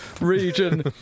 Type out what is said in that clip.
region